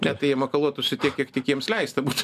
ne tai makaluotųsi tiek kiek tik jiems leista būtų